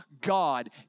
God